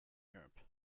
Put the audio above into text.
europe